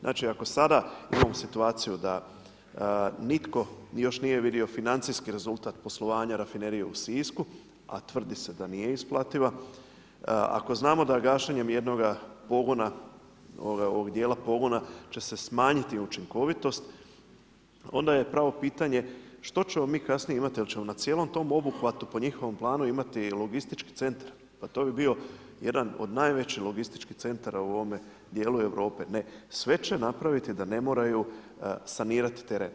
Znači ako sada imamo situaciju da nitko još nije vidio financijski rezultat poslovanja rafinerije u Sisku, a tvrdi se da nije isplativa, ako znamo da gašenjem jednoga pogona će se smanjiti učinkovitost, onda je pravo pitanje što ćemo mi kasnije imati, jer ćemo na cijelom tom obuhvatu po njihovom planu imati logistički centar, pa to bi bio jedan od najvećih logističkih centara u ovom djelu Europe, ne, sve će napraviti da ne moraju sanirati teren.